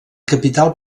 capital